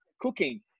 cooking